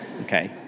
Okay